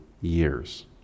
years